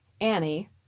Annie